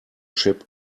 ship